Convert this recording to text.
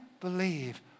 believe